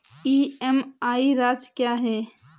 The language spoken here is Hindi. ई.एम.आई राशि क्या है?